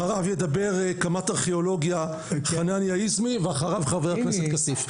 אחריו ידבר קמ"ט ארכיאולוגיה חנניה היזמי ואחריו חבר הכנסת כסיף.